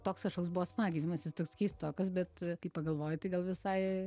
toks kažkoks buvo smaginimasis toks keistokas bet kai pagalvoji tai gal visai